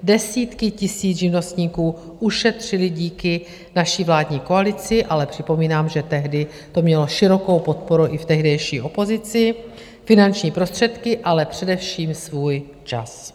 Desítky tisíc živnostníků ušetřily díky naší vládní koalici ale připomínám, že tehdy to mělo širokou podporu i v tehdejší opozici finanční prostředky, ale především svůj čas.